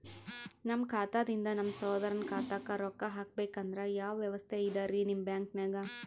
ನಮ್ಮ ಖಾತಾದಿಂದ ನಮ್ಮ ಸಹೋದರನ ಖಾತಾಕ್ಕಾ ರೊಕ್ಕಾ ಹಾಕ್ಬೇಕಂದ್ರ ಯಾವ ವ್ಯವಸ್ಥೆ ಇದರೀ ನಿಮ್ಮ ಬ್ಯಾಂಕ್ನಾಗ?